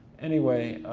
anyway,